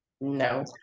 No